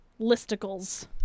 listicles